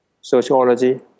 sociology